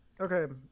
Okay